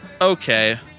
Okay